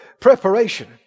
preparation